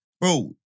Bro